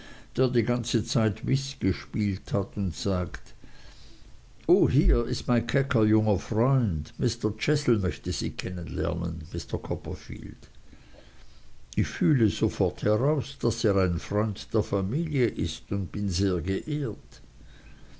der die ganze zeit whist gespielt hat und sagt o hier ist mein kecker junger freund mr chestle möchte sie kennen lernen mr copperfield ich fühle sofort heraus daß er ein freund der familie ist und bin sehr geehrt